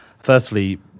Firstly